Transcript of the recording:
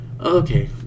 Okay